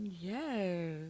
Yes